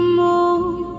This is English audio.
move